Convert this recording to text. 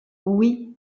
oui